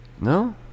no